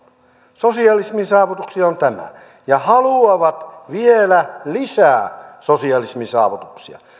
sosialismin saavutuksia on tämä ja haluavat vielä lisää sosialismin saavutuksia